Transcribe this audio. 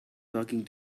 talking